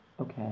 Okay